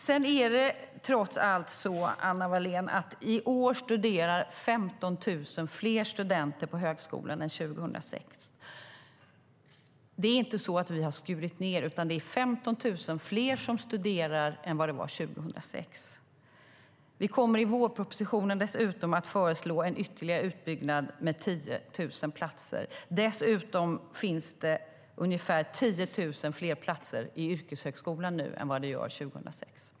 Sedan är det trots allt så, Anna Wallén, att 15 000 fler studerar på högskolan i år än 2006. Vi har inte skurit ned, utan det är 15 000 fler än 2006 som studerar. Vi kommer i vårpropositionen dessutom att föreslå en ytterligare utbyggnad med 10 000 platser. Därtill finns det ungefär 10 000 fler platser i yrkeshögskolan nu än vad det gjorde 2006.